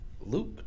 Luke